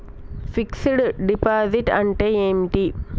Fix డ్ deposit అంటే ఏమిటి?